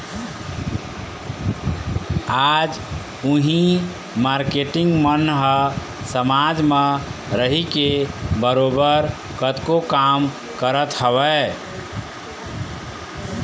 आज उही मारकेटिंग मन ह समाज म रहिके बरोबर कतको काम करत हवँय